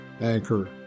anchor